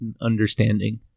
understanding